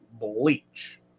bleach